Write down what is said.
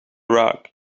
rug